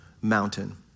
mountain